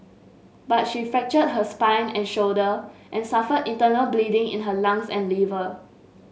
but she fractured her spine and shoulder and suffered internal bleeding in her lungs and liver